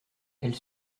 elle